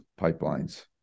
pipelines